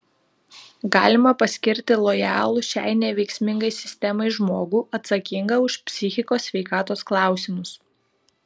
galima paskirti lojalų šiai neveiksmingai sistemai žmogų atsakingą už psichikos sveikatos klausimus